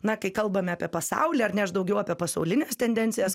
na kai kalbame apie pasaulį ar ne aš daugiau apie pasaulines tendencijas